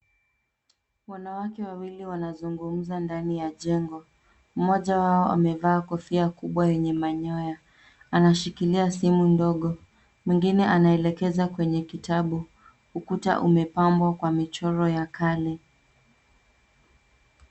Wanawake wawili wanazungumza ndani ya jengo. Mmoja wao amevaa kofia kubwa yenye manyoya, anashikilia simu ndogo, mwingine anaelekeza kwenye kitabu. Ukuta umepambwa kwa michoro ya kale.